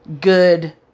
good